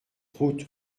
route